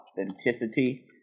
authenticity